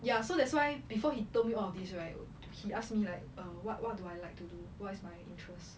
ya so that's why before he told me all of this right he ask me like what what do I like to do what is my interest